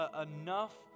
enough